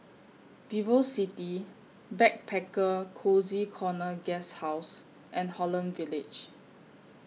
Vivocity Backpacker Cozy Corner Guesthouse and Holland Village